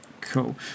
Cool